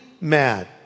mad